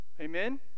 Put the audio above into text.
Amen